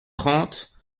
trente